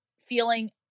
feeling